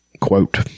quote